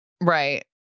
Right